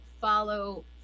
follow